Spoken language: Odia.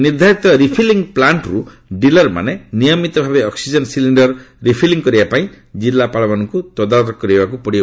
ନିଦ୍ଧାରିତ ରିଫିଲିଙ୍ଗ ପ୍ଲାଷ୍ଟରୁ ଡିଲରମାନେ ନିୟମିତ ଭାବେ ଅକ୍ଟିଜେନ ସିଲିଣ୍ଡର ରିଫିଲିଙ୍ଗ୍ କରିବା ପାଇଁ ଜିଲ୍ଲାପାଳମାନଙ୍କୁ ତଦାରଖ କରିବାକୁ ପଡ଼ିବ